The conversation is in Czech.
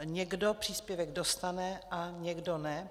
Někdo příspěvek dostane a někdo ne.